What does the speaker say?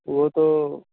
وہ تو